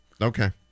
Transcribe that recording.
Okay